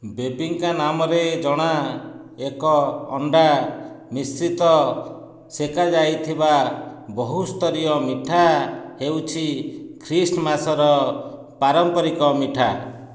ବେବିଙ୍କା ନାମରେ ଜଣା ଏକ ଅଣ୍ଡା ମିଶ୍ରିତ ସେକାଯାଇଥିବା ବହୁସ୍ତରୀୟ ମିଠା ହେଉଛି ଖ୍ରୀଷ୍ଟମାସର ପାରମ୍ପରିକ ମିଠା